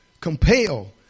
Compel